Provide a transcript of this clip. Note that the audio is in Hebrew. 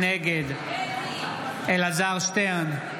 נגד אלעזר שטרן,